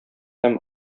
һәм